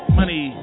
money